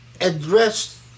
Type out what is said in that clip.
addressed